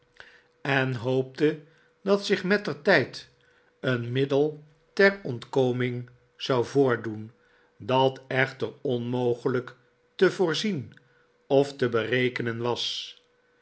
en hoopte dat zich mettertijd een middel ter ontkoming zou voordoen dat echter onmogelijk te voorzien of te berekenen was